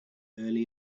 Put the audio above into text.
early